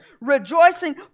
rejoicing